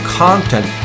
content